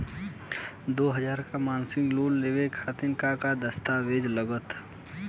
दो हज़ार रुपया के मासिक लोन लेवे खातिर का का दस्तावेजऽ लग त?